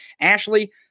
ashley